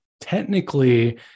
technically